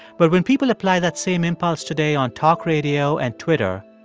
but when people apply that same impulse today on talk radio and twitter,